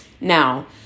Now